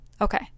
okay